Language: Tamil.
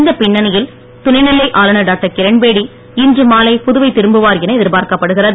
இந்த பின்னணியில் துணை நிலை ஆளுநர் டாக்டர் கிரண்பேடி இன்று மாலை புதுவை திரும்புவார் என எதிர்பார்க்கப்படுகிறது